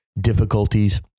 difficulties